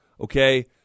Okay